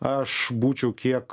aš būčiau kiek